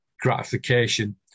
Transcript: gratification